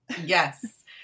Yes